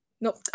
No